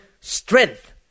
strength